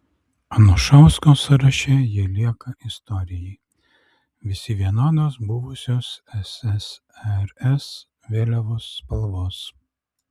anušausko sąraše jie lieka istorijai visi vienodos buvusios ssrs vėliavos spalvos